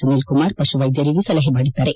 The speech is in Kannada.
ಸುನೀಲ್ ಕುಮಾರ್ ಪಶು ವೈದ್ಯರಿಗೆ ಸಲಹೆ ಮಾಡಿದ್ದಾರೆ